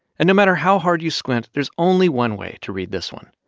and no matter how hard you squint, there's only one way to read this one.